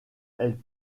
elle